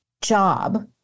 job